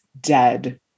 dead